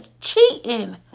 cheating